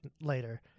later